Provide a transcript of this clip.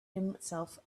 himself